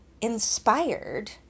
inspired